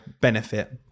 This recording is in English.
benefit